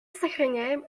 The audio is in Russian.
сохраняем